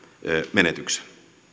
menetyksen